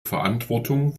verantwortung